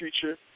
future